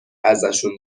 ازشون